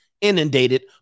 inundated